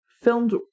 filmed